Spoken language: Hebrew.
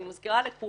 אני מזכירה לכולם,